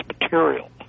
material